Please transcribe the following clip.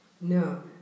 No